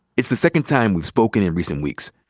it's the second time we've spoken in recent weeks.